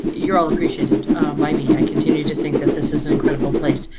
you're all appreciated by me. i continue to think that this is an incredible place.